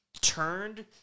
turned